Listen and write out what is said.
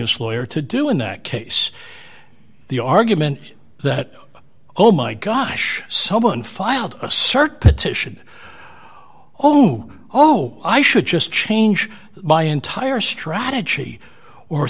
's lawyer to do in that case the argument that oh my gosh someone filed a cert petition oh oh i should just change my entire strategy or